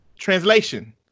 Translation